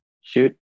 Shoot